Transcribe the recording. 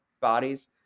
bodies